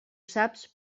saps